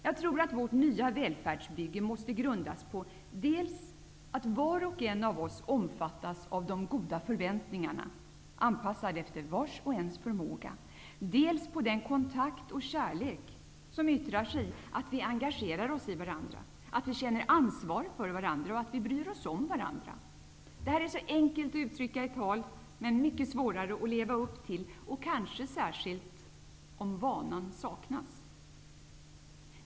Jag tror att vårt nya välfärdsbygge måste grun das dels på att var och en av oss omfattas av de goda förväntningarna, anpassade efter vars och ens förmåga, dels på den kontakt och kärlek som yttrar sig i att vi engagerar oss i varandra, att vi känner ansvar för varandra och att vi bryr oss om varandra. Detta är så enkelt att uttrycka i tal, men mycket svårare att leva upp till -- kanske särskilt om vanan saknas.